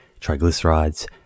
triglycerides